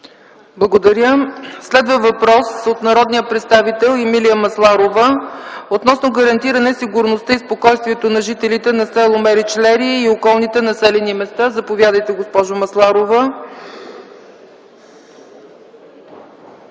Благодаря. Следва въпрос от народния представител Емилия Масларова относно гарантиране сигурността и спокойствието на жителите на село Меричлери и околните населени места. Заповядайте, госпожо Масларова.